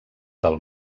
del